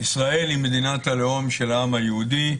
ישראל היא מדינת הלאום של העם היהודי,